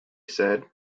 said